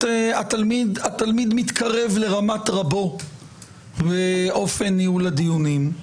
התלמיד מתקרב לרמת רבו באופן ניהול הדיונים.